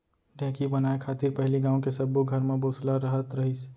ढेंकी बनाय खातिर पहिली गॉंव के सब्बो घर म बसुला रहत रहिस